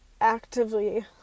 actively